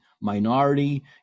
minority